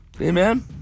Amen